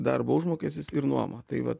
darbo užmokestis ir nuoma tai va